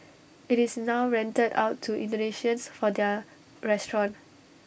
IT is now rented out to Indonesians for their restaurant